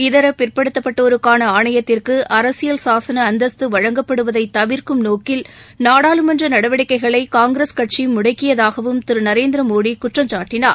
இதர பிற்படுத்தப்பட்டோருக்கான ஆணையத்திற்கு அரசியல் சாசன அந்தஸ்து வழங்கப்படுவதை தவிா்க்கும் நோக்கில் நாடாளுமன்ற நடவடிக்கைகளை காங்கிரஸ் கட்சி முடக்கியதாகவும் திரு நரேந்திரமோடி குற்றம் சாட்டனார்